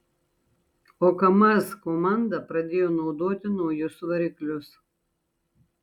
o kamaz komanda pradėjo naudoti naujus variklius